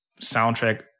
soundtrack